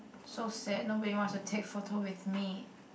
so sad nobody wants to take photo with me